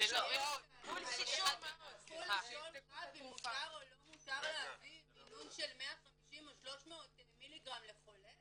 לשאול רב אם מותר או לא מותר להביא מינון של 150 או 300 מ"ג לחולה?